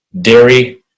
dairy